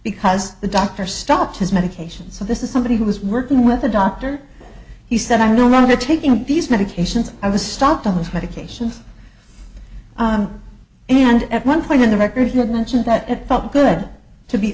because the doctor stopped his medication so this is somebody who was working with a doctor he said i'm no longer taking these medications i was stopped on those medications and at one point in the records not mentioned that it felt good to be